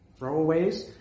throwaways